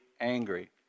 angry